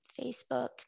Facebook